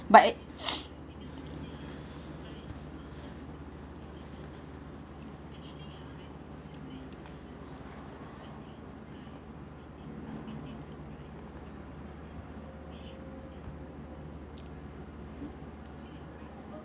but